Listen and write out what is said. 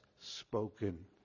spoken